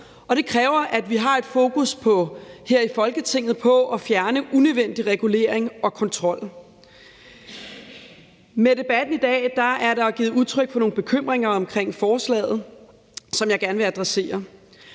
her i Folketinget har et fokus på at fjerne unødvendig regulering og kontrol. Med debatten i dag er der givet udtryk for nogle bekymringer om forslaget, som jeg gerne vil adressere.